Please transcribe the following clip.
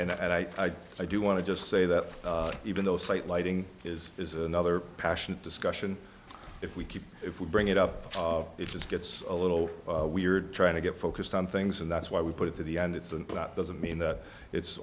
and i i do want to just say that even though slight lighting is is another passionate discussion if we keep if we bring it up it just gets a little weird trying to get focused on things and that's why we put it to the end it's and that doesn't mean that it's